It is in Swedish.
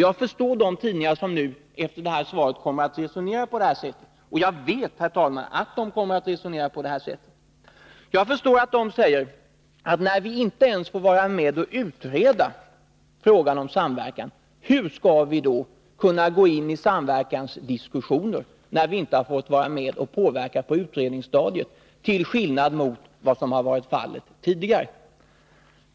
Jag förstår de tidningar som nu, efter det här svaret, kommer att resonera på det sättet, och jag vet, herr talman, att de kommer att resonera så. Jag förstår att de säger, att när vi inte ens får vara med och utreda frågan om samverkan, hur skall vi då kunna gå in i samverkansdiskussioner?